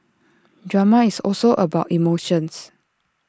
drama is also about emotions